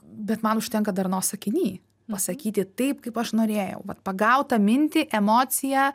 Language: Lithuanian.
bet man užtenka darnos sakiny pasakyti taip kaip aš norėjau vat pagaut tą mintį emociją